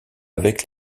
avec